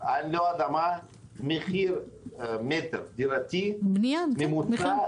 מחיר מטר דירתי ממוצע